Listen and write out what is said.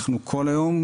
אנחנו כל היום,